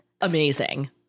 amazing